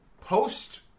post